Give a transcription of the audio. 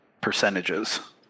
percentages